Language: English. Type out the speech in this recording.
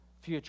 future